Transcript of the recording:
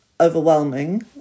overwhelming